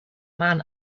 man